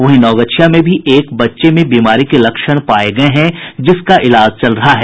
वही नवगछिया में भी एक बच्चे में बीमारी के लक्षण पाये गये हैं जिसका इलाज चल रहा है